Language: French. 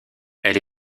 elle